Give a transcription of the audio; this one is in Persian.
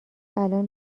الان